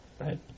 Right